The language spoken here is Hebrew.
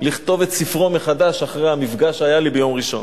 לכתוב את ספרו מחדש אחרי המפגש שהיה לי ביום ראשון.